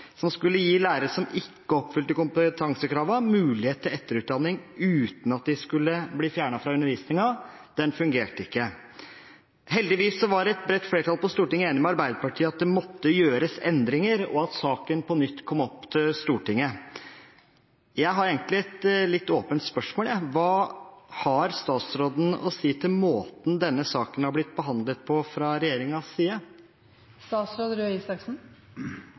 som skulle gi lærere som ikke oppfylte kompetansekravene, mulighet til etterutdanning uten at de skulle bli fjernet fra undervisningen, fungerte ikke. Heldigvis var et bredt flertall på Stortinget enig med Arbeiderpartiet i at det måtte gjøres endringer, og at saken på nytt kom opp til Stortinget. Jeg har egentlig et litt åpent spørsmål. Hva har statsråden å si til måten denne saken har blitt behandlet på, fra regjeringens side?